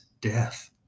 death